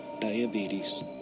diabetes